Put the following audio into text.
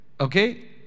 Okay